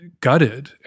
gutted